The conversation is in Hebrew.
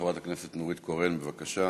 חברת הכנסת נורית קורן, בבקשה.